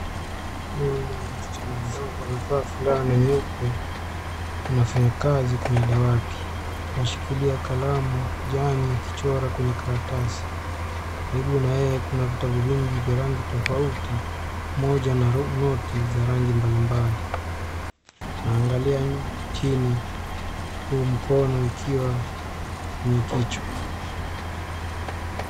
Huyu ni msichana mdogo amevaa fulana nyeupe, anafanya kazi kwenye dawati .Anashikilia kalamu kijani akichora kwenye karatasi. Karibu na yeye kuna vitabu vingi vya rangi tofauti moja na noti za rangi mbalimbali. Anaangalia chini huku mkono ukiwa kwenye kichwa.